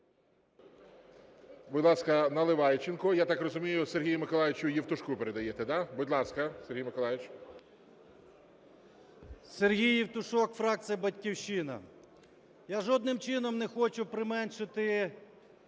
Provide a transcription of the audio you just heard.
Сергій Євтушок, фракція "Батьківщина". Я жодним чином не хочу применшити